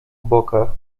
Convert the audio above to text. bokach